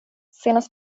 senast